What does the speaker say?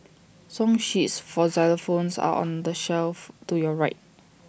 song sheets for xylophones are on the shelf to your right